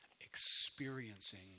experiencing